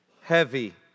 heavy